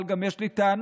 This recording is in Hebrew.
אבל גם יש לי טענה: